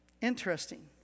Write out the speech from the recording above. Interesting